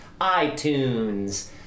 iTunes